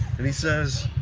and he says,